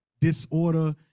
disorder